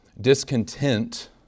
discontent